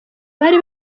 bari